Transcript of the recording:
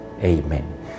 Amen